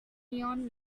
neon